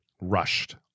rushed